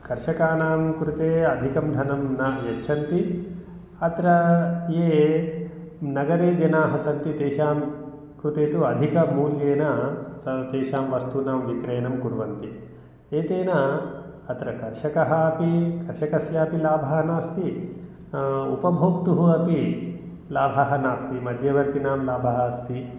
कर्षकाणां कृते अधिकं धनं न यच्छन्ति अत्र ये नगरे जनाः सन्ति तेषां कृते तु अधिकमूल्येन त तेषां वस्तूनां विक्रयणं कुर्वन्ति एतेन अत्र कर्षकः अपि कर्षकस्यापि लाभः नास्ति उपभोक्तुः अपि लाभः नास्ति मध्यवर्तिनां लाभः अस्ति